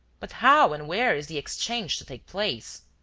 but how and where is the exchange to take place?